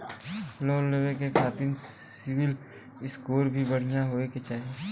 Loan लेवे के खातिन सिविल स्कोर भी बढ़िया होवें के चाही?